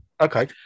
okay